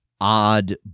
odd